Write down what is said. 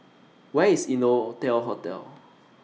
Where IS Innotel Hotel